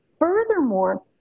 Furthermore